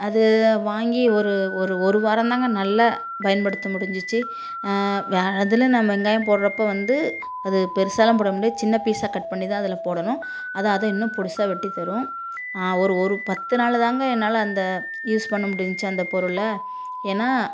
அது வாங்கி ஒரு ஒரு ஒரு வாரந்தாங்க நல்லா பயன்படுத்த முடிஞ்சிச்சு அதில் நான் வெங்காயம் போடுறப்ப வந்து அது பெருசாகலாம் போட முடியாது சின்ன பீஸாக கட் பண்ணிதான் அதில் போடணும் அது அதை இன்னும் பொடிசா வெட்டி தரும் ஒரு ஒரு பத்து நாள் தாங்க என்னால் அந்த யூஸ் பண்ண முடிஞ்ச்சி அந்த பொருளை ஏன்னா